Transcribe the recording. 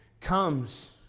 comes